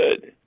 good